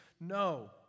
No